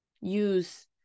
use